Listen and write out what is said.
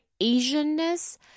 Asian-ness